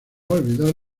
olvidar